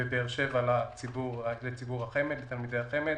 בבאר שבע לתלמידי ציבור החמ"ד.